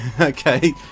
okay